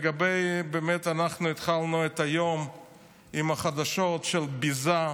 באמת אנחנו התחלנו את היום עם חדשות על ביזה,